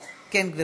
כן, גברתי.